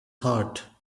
heart